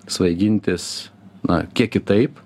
svaigintis na kiek kitaip